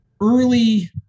early